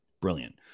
brilliant